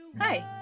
Hi